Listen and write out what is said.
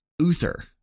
Uther